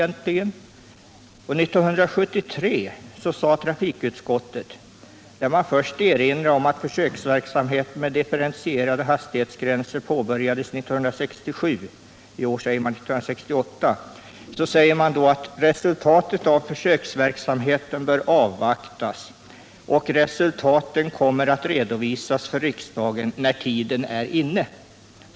1973 erinrade utskottet om att försöksverksamhet med differentierade hastighetsgränser påbörjades 1967 — i år anger utskottet 1968 — och anförde att resultaten av försöksverksamheten borde avvaktas samt att de skulle komma att redovisas för riksdagen när tiden var inne.